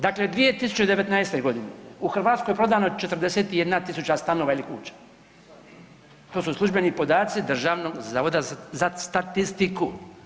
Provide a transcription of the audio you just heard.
Dakle 2019.g. u Hrvatskoj je prodano 41.000 stanova ili kuća, to su službeni podaci Državnog zavoda za statistiku.